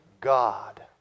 God